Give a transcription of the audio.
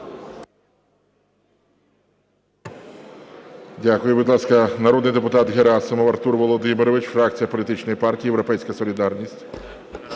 Дякую. Будь ласка, народний депутат Герасимов Артур Володимирович, фракція політичної партії "Європейська солідарність".